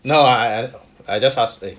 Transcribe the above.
no I I just ask eh